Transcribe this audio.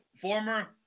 former